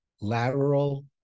lateral